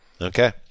Okay